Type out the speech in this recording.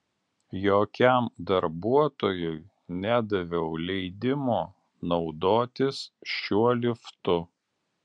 jokiam darbuotojui nedaviau leidimo naudotis šiuo liftu